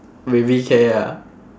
baby K ah